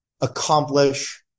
accomplish